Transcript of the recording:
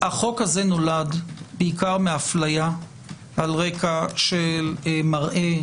נולד בעיקר מאפליה על רקע של מראה,